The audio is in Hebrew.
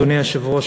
אדוני היושב-ראש,